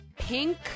pink